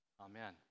Amen